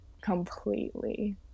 completely